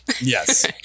Yes